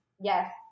Yes